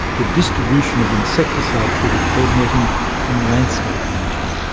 the distribution of insecticide-treated bed netting and landscape management.